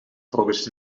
volgens